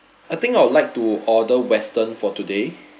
I think I would like to order western for today